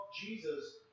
Jesus